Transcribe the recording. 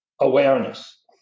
awareness